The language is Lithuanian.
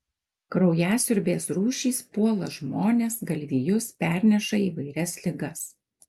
kraujasiurbės rūšys puola žmones galvijus perneša įvairias ligas